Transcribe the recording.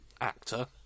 actor